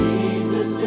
Jesus